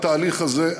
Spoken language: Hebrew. התהליך הזה,